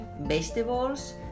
vegetables